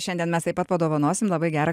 šiandien mes taip pat padovanosim labai gerą